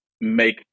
make